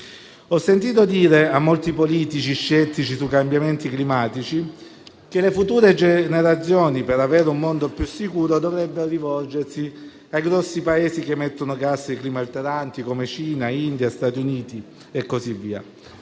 Ho sentito dire da molti politici scettici sui cambiamenti climatici che le future generazioni, per avere un mondo più sicuro, dovrebbero rivolgersi ai grossi Paesi che emettono gas climalteranti, come Cina, India, Stati Uniti e così via.